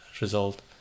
result